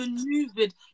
maneuvered